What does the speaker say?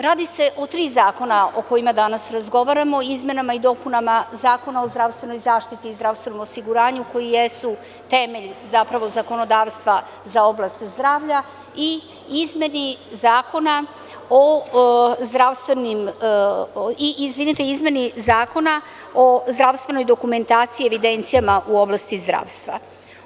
Radi se o tri zakona o kojima danas razgovaramo, izmenama i dopunama Zakona o zdravstvenoj zaštiti i zdravstvenom osiguranju koji jesu temelj zakonodavstva za oblast zdravlja i izmeni Zakona o zdravstvenoj dokumentaciji i evidencijama u oblasti zdravstva.